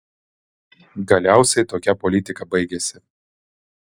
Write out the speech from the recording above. galiausiai tokia politika baigėsi